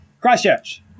Christchurch